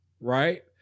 right